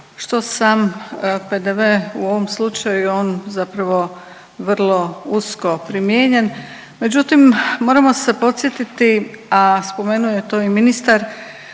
što sam PDV u ovom slučaju je on zapravo vrlo usko primijenjen. Međutim, moramo se podsjetiti, a spomenuo je to i ministar